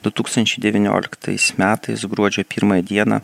du tūkstančiai devynioliktais metais gruodžio pirmą dieną